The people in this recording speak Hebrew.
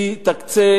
היא תקצה